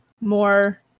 more